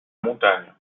montagne